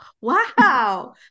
Wow